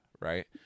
Right